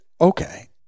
okay